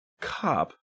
cop